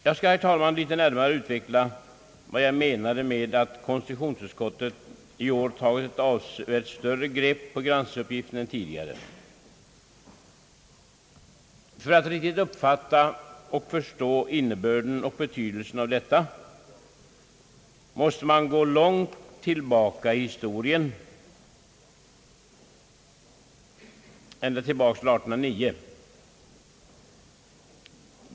Jag skall, herr talman, litet närmare utveckla vad jag menade med att konstitutionsutskottet i år tagit ett avsevärt större grepp på granskningsuppgiften än tidigare. För att riktigt uppfatta och förstå innebörden och betydelsen av detta måste man gå långt tillbaka i historien, ända till 1809.